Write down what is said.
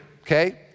okay